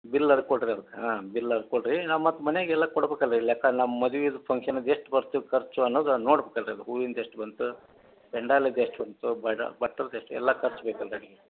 bill ಆರೆ ಕೊಡಿರಿ ಅದ್ಕೆ ಹಾಂ ಬಿಲ್ ಅದು ಕೊಡಿರಿ ನಾವು ಮತ್ತು ಮನೆಟಗೆಲ್ಲ ಕೊಡ್ಬೇಕಲ್ಲ ಲೆಕ್ಕ ನಮ್ಮ ಮದ್ವೆದು ಫಂಕ್ಷನಿದ್ದು ಎಷ್ಟು ಬರ್ತವೆ ಖರ್ಚು ಅನ್ನೋದ ನೋಡ್ಬೇಕು ಅದೆಲ್ಲ ಹೂವಿಂದು ಎಷ್ಟು ಬಂತು ಬೆಂಡಾಲಿದ್ದು ಎಷ್ಟು ಬಂತು ಬಡ ಬಟ್ರದ್ದು ಎಷ್ಟ್ ಎಲ್ಲ ಖರ್ಚು ಬೇಕಲ್ದೆ